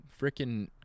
freaking